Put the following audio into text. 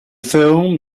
film